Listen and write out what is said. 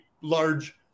large